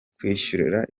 kwishyurira